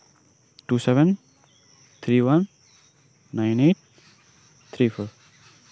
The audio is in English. two seven three one nine eight three four